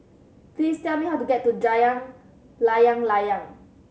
please tell me how to get to Layang Layang